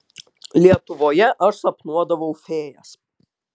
lietuvoje aš sapnuodavau fėjas